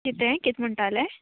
कितें कितें म्हुणटालें